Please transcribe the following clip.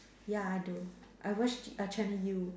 ya I do I watch uh channel U